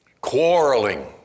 quarreling